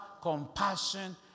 compassion